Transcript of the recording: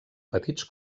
petits